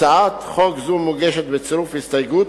הצעת חוק זו מוגשת בצירוף הסתייגות,